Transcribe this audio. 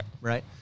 right